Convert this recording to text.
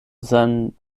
seinen